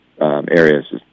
areas